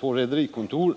på rederikontoren.